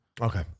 Okay